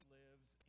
lives